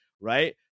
right